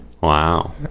Wow